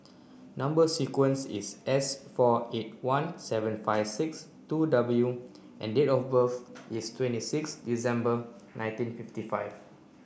number sequence is S four eight one seven five six two W and date of birth is twenty six December nineteen fifty five